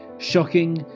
shocking